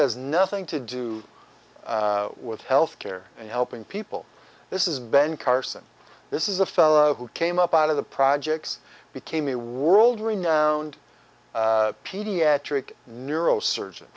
has nothing to do with health care and helping people this is ben carson this is a fellow who came up out of the projects became a world renowned pediatric neurosurgeon